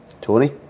Tony